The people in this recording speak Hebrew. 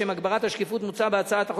לשם הגברת השקיפות מוצע בהצעת החוק